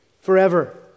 forever